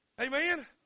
Amen